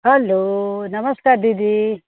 hello नमस्कार दिदी